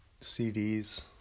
CDs